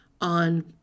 on